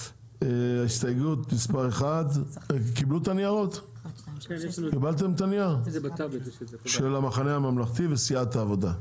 הסתייגות מספר 1 של המחנה הממלכתי וסיעת העבודה.